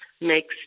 makes